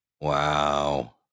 Wow